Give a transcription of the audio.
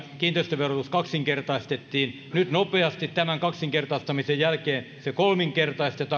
kiinteistöverotus kaksinkertaistettiin nyt nopeasti tämän kaksinkertaistamisen jälkeen se kolminkertaistetaan